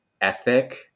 ethic